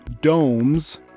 domes